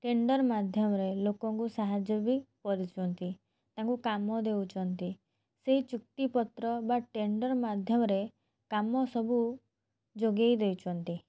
tender ମାଧ୍ୟମରେ ଲୋକଙ୍କୁ ସାହାଯ୍ୟ ବି କରୁଛନ୍ତି ତାଙ୍କୁ କାମ ଦେଉଛନ୍ତି ସେଇ ଚୁକ୍ତିପତ୍ର ବା ଟେଣ୍ଡର୍ ମାଧ୍ୟମରେ କାମ ସବୁ ଯୋଗାଇ ଦେଉଛନ୍ତି